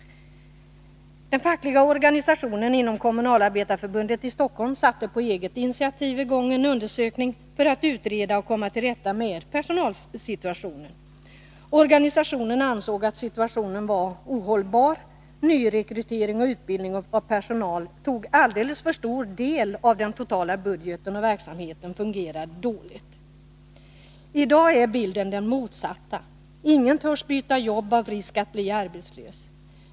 Den fackliga organisationen inom Kommunalarbetareförbundet i Stockholm startade på eget initiativ en undersökning för att utreda och komma till rätta med personalsituationen. Organisationen ansåg att situationen var ohållbar. Nyrekrytering och utbildning av personal tog alldeles för stor del av den totala budgeten, och verksamheten fungerade dåligt. I dag är bilden den motsatta. Ingen törs byta jobb av risk att bli arbetslös.